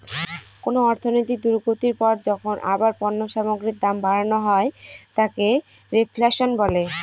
কোন অর্থনৈতিক দুর্গতির পর যখন আবার পণ্য সামগ্রীর দাম বাড়ানো হয় তাকে রেফ্ল্যাশন বলে